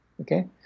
okay